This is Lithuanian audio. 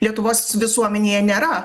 lietuvos visuomenėje nėra